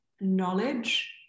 knowledge